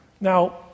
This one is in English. Now